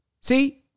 See